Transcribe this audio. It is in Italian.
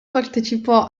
partecipò